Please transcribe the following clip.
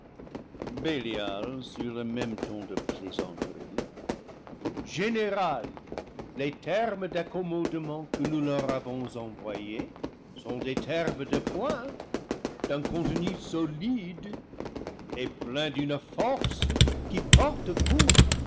sur le même ton de plaisanterie général les termes d'accommodement que nous leur avons envoyés sont des termes de points d'un contenu solide et pleins d'une force qui porte coup